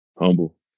humble